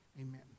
Amen